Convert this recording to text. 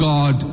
God